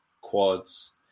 quads